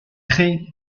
très